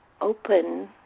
open